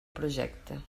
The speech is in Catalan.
projecte